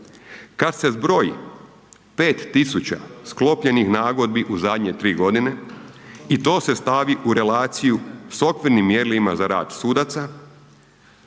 Kad se zbroji 5.000 sklopljenih nagodbi u zadnje tri godine i to se stavi u relaciju s okvirnim mjerilima za rad sudaca